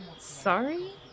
Sorry